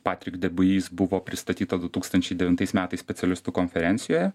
patric debois buvo pristatyta du tūkstančiai devintais metais specialistų konferencijoje